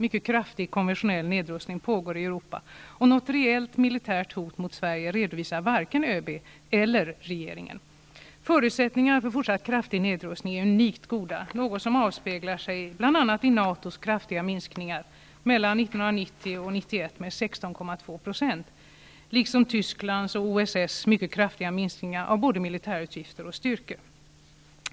Mycket kraftig konventionell nedrustning pågår i Europa, och något reellt militärt hot mot Sverige redovisar varken ÖB eller regeringen. Förutsättningarna för fortsatt kraftig nedrustning är unikt goda, något som avspeglar sig i bl.a. 1990 och 1991 liksom i Tysklands och OSS mycket kraftiga minskningar av både militärutgifter och styrkor.